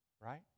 right